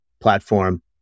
platform